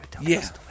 Yes